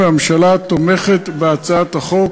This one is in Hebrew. והממשלה תומכת בהצעת החוק.